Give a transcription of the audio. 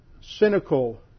cynical